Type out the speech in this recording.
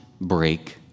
break